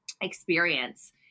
experience